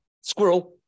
squirrel